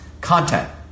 content